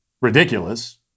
ridiculous